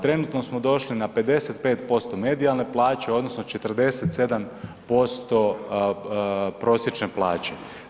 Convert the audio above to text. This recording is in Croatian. Trenutno smo došli na 55% medijalne plaće, odnosno 47% prosječne plaće.